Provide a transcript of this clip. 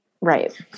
Right